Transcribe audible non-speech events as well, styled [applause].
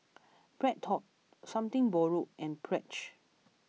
[noise] BreadTalk Something Borrowed and Pledge